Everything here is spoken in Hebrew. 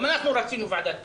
גם אנחנו רצינו ועדת כלכלה.